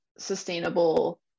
sustainable